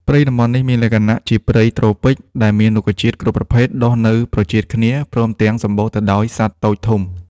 ព្រៃតំបន់នេះ មានលក្ខណៈជាព្រៃត្រូពិច ដែលមានរុក្ខជាតិគ្រប់ប្រភេទដុះនៅប្រជ្រៀតគ្នា ព្រមទាំង សំបូរទៅដោយសត្វតូចធំ ។